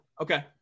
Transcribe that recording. Okay